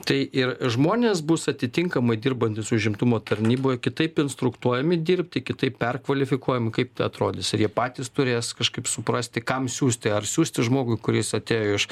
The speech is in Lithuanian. tai ir žmonės bus atitinkamai dirbantys užimtumo tarnyboj kitaip instruktuojami dirbti kitaip perkvalifikuojami kaip tai atrodys ar jie patys turės kažkaip suprasti kam siųsti ar siųsti žmogui kuris atėjo iš